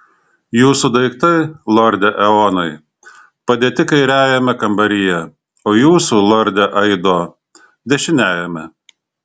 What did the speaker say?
jūsų daiktai lorde eonai padėti kairiajame kambaryje o jūsų lorde aido dešiniajame